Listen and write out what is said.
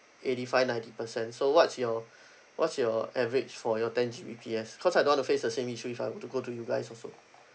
eighty five ninety percent so what's your what's your average for your ten G_B_P_S cause I don't want to face the same issue if I were to go to you guys also